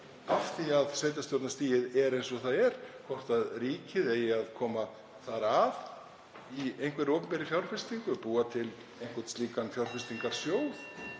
af því að sveitarstjórnarstigið er eins og það er, hvort ríkið eigi að koma þar að í einhverri opinberri fjárfestingu og búa til einhvern slíkan fjárfestingarsjóð.